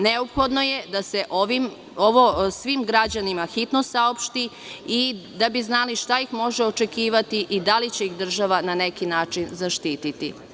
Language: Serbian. Neophodno je da se ovo svim građanima hitno saopšti da bi znali šta ih može očekivati i da li će ih država na neki način zaštititi.